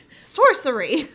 Sorcery